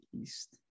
East